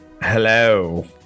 Hello